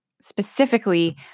specifically